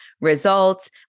results